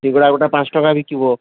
ସିଙ୍ଗଡ଼ା ଗୋଟେ ପାଞ୍ଚ ଟଙ୍କା ବିକିବ